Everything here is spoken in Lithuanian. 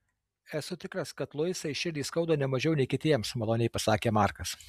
esu tikras kad luisai širdį skauda ne mažiau nei kitiems maloniai pasakė markas